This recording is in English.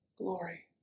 Glory